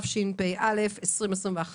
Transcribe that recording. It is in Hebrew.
התשפ"א-2021,